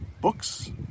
books